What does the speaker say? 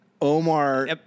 Omar